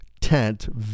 tent